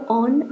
on